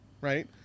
right